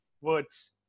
Words